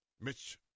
Mitch